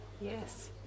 Yes